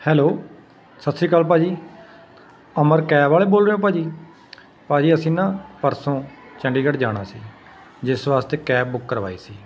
hello ਸਤਿ ਸ਼੍ਰੀ ਅਕਾਲ ਭਾਅ ਜੀ ਅਮਰ ਕੈਬ ਵਾਲੇ ਬੋਲ ਰਹੇ ਹੋ ਭਾਅ ਜੀ ਭਾਅ ਜੀ ਅਸੀਂ ਨਾ ਪਰਸੋਂ ਚੰਡੀਗੜ੍ਹ ਜਾਣਾ ਸੀ ਜਿਸ ਵਾਸਤੇ ਕੈਬ ਬੁੱਕ ਕਰਵਾਈ ਸੀ